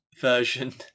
version